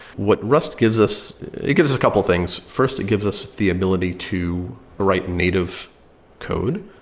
what rust gives us it gives us a couple things. first, it gives us the ability to write native code,